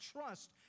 trust